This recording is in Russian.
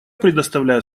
предоставляю